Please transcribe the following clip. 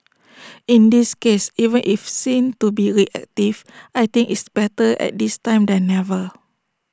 in this case even if seen to be reactive I think it's better at this time than never